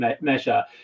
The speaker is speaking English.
measure